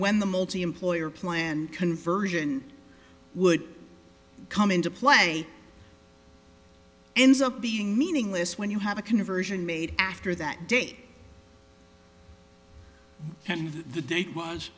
when the multiemployer plan conversion would come into play ends up being meaningless when you have a conversion made after that date and the date was